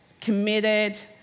committed